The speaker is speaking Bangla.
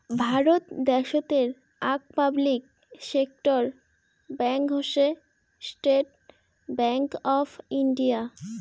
ভারত দ্যাশোতের আক পাবলিক সেক্টর ব্যাঙ্ক হসে স্টেট্ ব্যাঙ্ক অফ ইন্ডিয়া